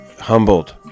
humbled